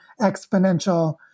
exponential